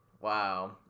Wow